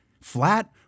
Flat